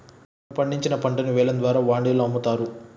మనం పండించిన పంటను వేలం ద్వారా వాండిలో అమ్ముతారు